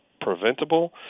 preventable